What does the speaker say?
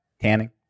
tanning